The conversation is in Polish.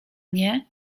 nie